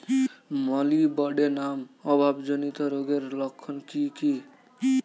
Molybdenum অভাবজনিত রোগের লক্ষণ কি কি?